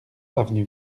avenue